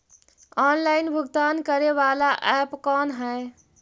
Online भुगतान करे बाला ऐप कौन है?